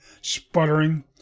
sputtering